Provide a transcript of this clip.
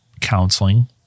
counseling